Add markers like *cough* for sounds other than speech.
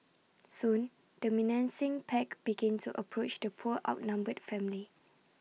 soon the menacing pack began to approach the *noise* poor outnumbered family